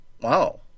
Wow